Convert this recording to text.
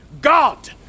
God